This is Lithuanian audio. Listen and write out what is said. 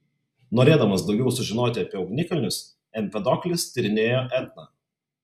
norėdamas daugiau sužinoti apie ugnikalnius empedoklis tyrinėjo etną